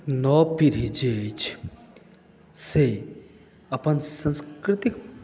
नव पीढ़ी जे अछि से अपन संस्कृतिक